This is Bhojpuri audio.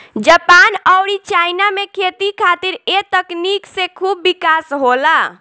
जपान अउरी चाइना में खेती खातिर ए तकनीक से खूब विकास होला